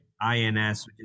INS